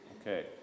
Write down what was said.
Okay